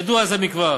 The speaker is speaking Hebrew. ידוע זה מכבר.